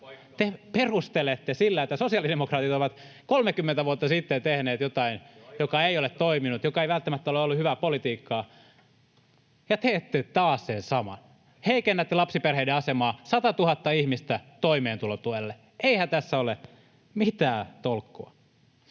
Te perustelette sillä, että sosiaalidemokraatit ovat 30 vuotta sitten tehneet jotain, joka ei ole toiminut ja joka ei välttämättä ole ollut hyvää politiikkaa, ja teette taas sen saman: heikennätte lapsiperheiden asemaa, 100 000 ihmistä toimeentulotuelle. Eihän tässä ole mitään tolkkua.